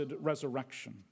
resurrection